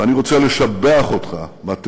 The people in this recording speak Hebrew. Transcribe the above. ואני רוצה לשבח אותך, מתאו,